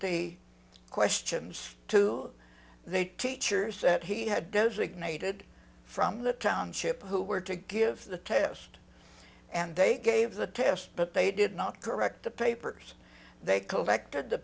the questions to the teachers that he had designated from the township who were to give the test and they gave the test but they did not correct the papers they collected the